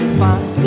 fine